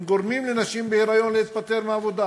הם גורמים לנשים בהיריון להתפטר מהעבודה,